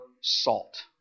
salt